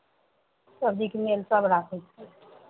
सबजीके लिए सभ राखै छै